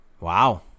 Wow